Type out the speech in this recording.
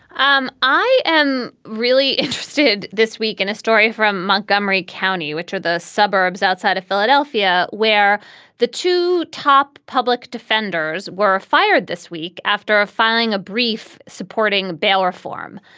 um i am really interested this week in a story from montgomery county, which are the suburbs outside of philadelphia, where the two top public defenders were fired this week after a filing, a brief supporting bail reform.